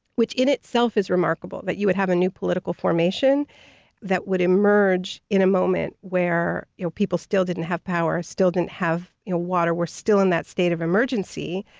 which in itself is remarkable, that you would have a new political formation that would emerge in a moment where you know people still didn't have power, still didn't have water, were still in that state of emergency,